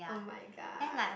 oh-my-god